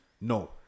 no